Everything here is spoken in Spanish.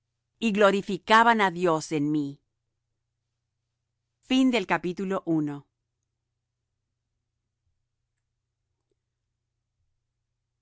y glorificaban á dios en mí